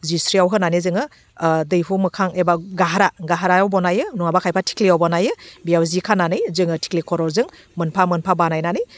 जिस्रियाव होनानै जोङो दैहु मोखां एबा घारा घारायाव बनायो नङाबा खायफा थिंख्लियाव बनायो बेयाव जि खानानै जोङो थिंख्लि खर'जों मोनफा मोनफा बानायनानै